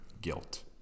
guilt